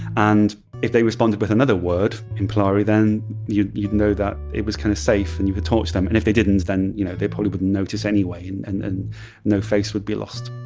and if they responded with another word in polari, then you'd you'd know that it was kind of safe and you could talk to them. and if they didn't, then you know they probably wouldn't notice anyway and and no face would be lost.